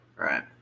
right